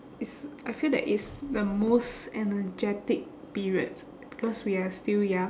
is I feel that it's the most energetic periods because we are still young